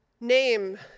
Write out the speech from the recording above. name